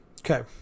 okay